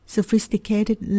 Sophisticated